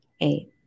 eight